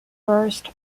burst